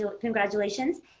congratulations